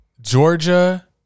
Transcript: Georgia